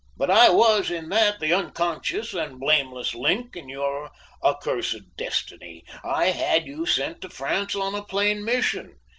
but i was, in that, the unconscious and blameless link in your accursed destiny. i had you sent to france on a plain mission.